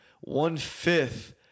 one-fifth